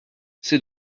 c’est